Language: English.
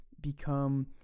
become